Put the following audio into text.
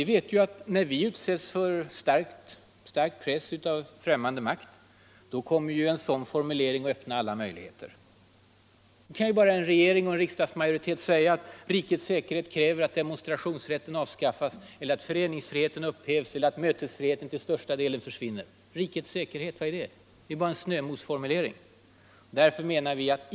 I ett läge då vi utsätts för stark press av främmande makt kommer en sådan formulering att öppna alla möjligheter. Det räcker med att en regering och en riksdagsmajoritet säger att rikets säkerhet kräver att demonstrationsrätten avskaffas eller att föreningsfriheten upp hävs eller att mötesfriheten till största delen försvinner. ”Rikets säker — Nr 149 het”, vad är det? Det är ju bara en snömosformulering!